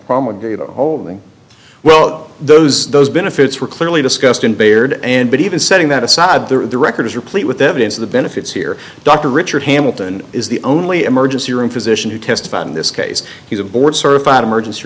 problem with holding well those those benefits were clearly discussed in baird and but even setting that aside their record is replete with evidence of the benefits here dr richard hamilton is the only emergency room physician who testified in this case he's a board certified emergency